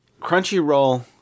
Crunchyroll